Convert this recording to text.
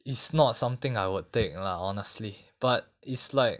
is not something I would take lah honestly but is like